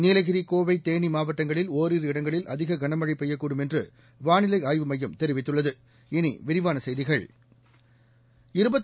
நீலகிரி கோவை தேனி மாவட்டங்களில் ஓரிரு இடங்களில் அதிகனமழை பெய்யக்கூடும் என்று வானிலை ஆய்வு மையம் தெரிவித்துள்ளது